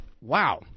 Wow